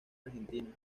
argentina